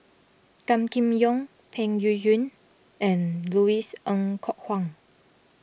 Gan Kim Yong Peng Yuyun and Louis Ng Kok Kwang